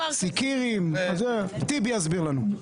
סִיקָרִיִים טיבי יסביר לנו.